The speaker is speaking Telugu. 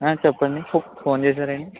చెప్పండి ఫో ఫోన్ చేసారు అండి